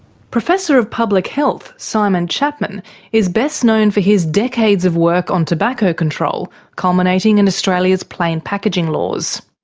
professor of public health simon chapman is best known for his decades of work on tobacco control, culminating in australia's plain packaging laws.